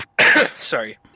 sorry